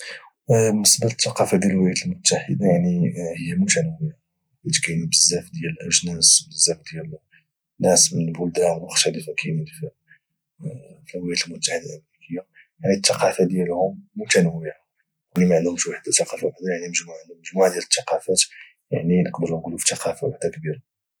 بالنسبه للثقافه ديال الولايات المتحده فهي متنوعه كاينين بزاف ديال الاجناس وكاينين بزاف ديال الناس من بلدان مختلفه كاينين في الولايات المتحده الامريكيه يعني الثقافه ديالهم متنوعه يعني ما عندهمش ثقافه واحده عندهم مجموعه من الثقافات يعني نقدروا نقولوا في الثقافه واحده كبيره